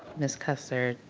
ms. custard,